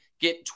get